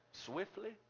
swiftly